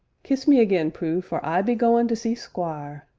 kiss me again, prue, for i be goin' to see squire